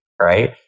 right